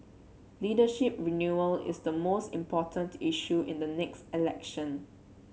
leadership renewal is the most important issue in the next election